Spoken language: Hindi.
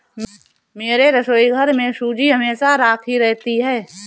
मेरे रसोईघर में सूजी हमेशा राखी रहती है